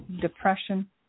depression